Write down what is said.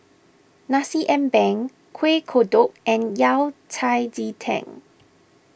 Nasi Ambeng Kueh Kodok and Yao Cai Ji Tang